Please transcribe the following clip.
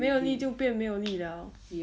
没有力就便没有力 liao